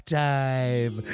time